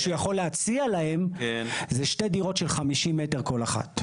מה שהוא יכול להציע להם זה שתי דירות של 50 מטר כל אחת.